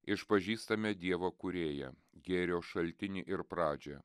išpažįstame dievą kūrėją gėrio šaltinį ir pradžią